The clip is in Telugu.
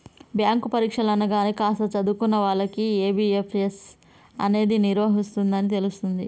బ్యాంకు పరీక్షలు అనగానే కాస్త చదువుకున్న వాళ్ళకు ఐ.బీ.పీ.ఎస్ అనేది నిర్వహిస్తుందని తెలుస్తుంది